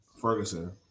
Ferguson